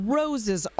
roses